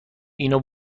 اینو